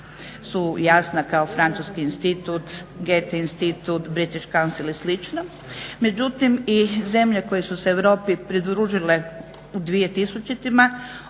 su jasna kao Francuski institut, Goethe institut, British council i slično. Međutim, i zemlje koje su se Europi pridružile u 2000.